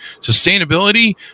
sustainability